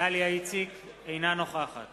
דליה איציק, אינה נוכחת